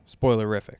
spoilerific